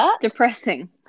depressing